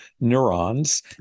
neurons